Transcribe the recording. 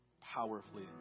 powerfully